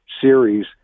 series